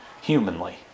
humanly